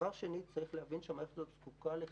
דבר שני, צריך להבין שהמערכת הזאת זקוקה לחיזוק.